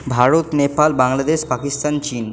ভারত নেপাল বাংলাদেশ পাকিস্তান চীন